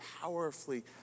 powerfully